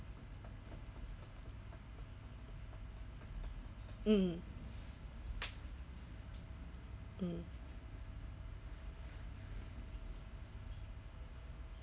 mm mm